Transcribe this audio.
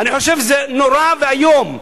אני חושב שזה נורא ואיום,